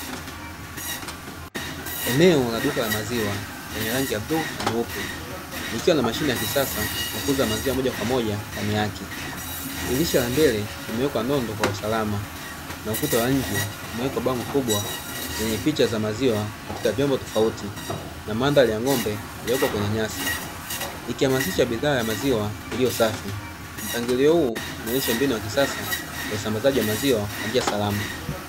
Eneo la duka la maziwa lenye rangi ya bluu na nyeupe, likiwa na mashine ya kisasa ya kuuza maziwa moja kwa moja ndani yake. Dirisha la mbele limewekwa nondo kwa usalama, na ukuta wa nje umewekwa bango kubwa lenye picha ya maziwa katika vyombo tofauti, na mandhari ya ng’ombe aliyepo kwenye nyasi; ikihamasisha bidhaa ya maziwa iliyo safi. Mpangilio huu unaonesha mbinu ya kisasa ya usambazaji wa maziwa kwa njia salama.